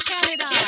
Canada